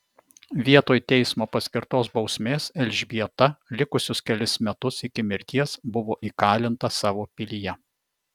vietoj teismo paskirtos bausmės elžbieta likusius kelis metus iki mirties buvo įkalinta savo pilyje